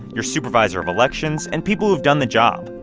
your supervisor of elections and people who've done the job.